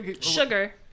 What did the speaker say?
sugar